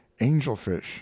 angelfish